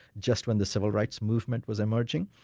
just when the civil rights movement was emerging,